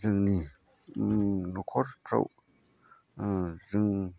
जोंनि न'खरफ्राव जों